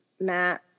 Matt